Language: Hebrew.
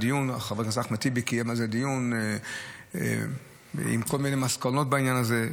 חבר הכנסת אחמד טיבי קיים על זה דיון עם כל מיני מסקנות בעניין הזה.